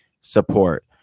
support